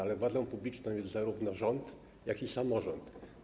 Ale władzą publiczną jest zarówno rząd, jak i samorząd.